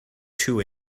two